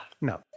No